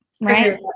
right